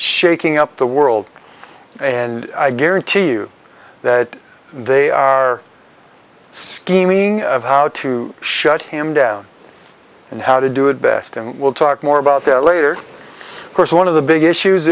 shaking up the world and i guarantee you that they are scheming how to shut him down and how to do it best and we'll talk more about that later of course one of the big issues